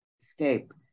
escape